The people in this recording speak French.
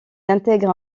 intègre